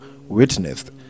witnessed